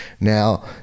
Now